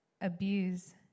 abuse